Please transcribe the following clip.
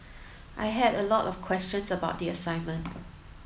I had a lot of questions about the assignment